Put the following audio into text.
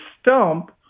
stump